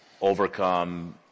overcome